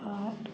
आठ